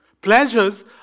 Pleasures